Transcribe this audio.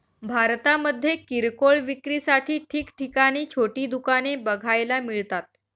भारतामध्ये किरकोळ विक्रीसाठी ठिकठिकाणी छोटी दुकाने बघायला मिळतात